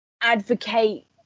advocate